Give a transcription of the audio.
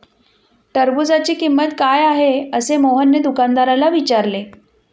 टरबूजाची किंमत काय आहे असे मोहनने दुकानदाराला विचारले?